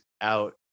out